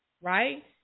Right